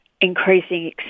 increasing